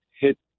hit